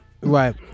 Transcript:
Right